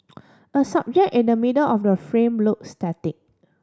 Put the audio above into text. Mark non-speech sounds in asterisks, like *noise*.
*noise* a subject in the middle of the frame looks static